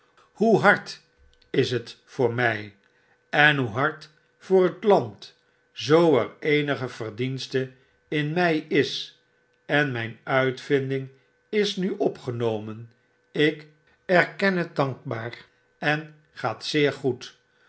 hoe hard is het voor mij en hoe hard voor het land zoo er eenige verdienste in mij is en mijn uitvinding is nu opgenomen ik erken het dankbaar en gaat zeer goed